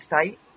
state